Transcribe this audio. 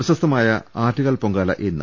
പ്രശസ്തമായ ആറ്റുകാൽ പൊങ്കാല ഇന്ന്